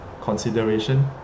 consideration